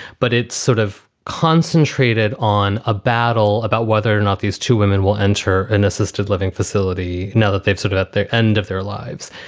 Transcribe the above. but it's sort of concentrated on a battle about whether or not these two women will enter an assisted living facility now that they've sort of at their end of their lives.